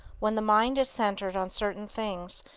when the mind is centered on certain things,